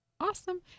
Awesome